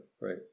right